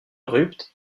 rupt